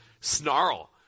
snarl